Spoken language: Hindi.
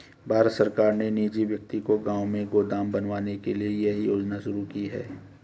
भारत सरकार ने निजी व्यक्ति को गांव में गोदाम बनवाने के लिए यह योजना शुरू की है